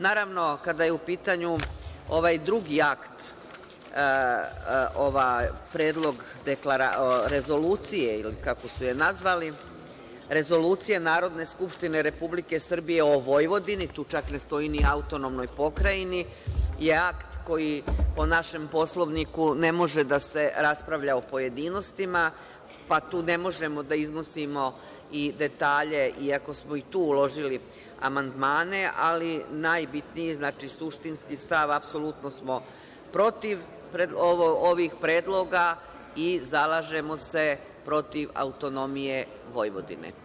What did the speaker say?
Naravno, kada je u pitanju ovaj drugi akt, Predlog rezolucije ili kako su je nazvali - rezolucija Narodne skupštine Republike Srbije o Vojvodini, tu čak ne stoji ni autonomnoj pokrajini, je akt o kojem po našem Poslovniku ne može da se raspravlja u pojedinostima, pa tu ne možemo da iznosimo i detalje iako smo i tu uložili amandmane, ali najbitniji, suštinski stav apsolutno smo protiv ovih predloga i zalažemo se protiv autonomije Vojvodine.